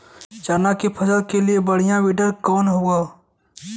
चना के फसल के लिए बढ़ियां विडर कवन ह?